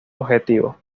objetivos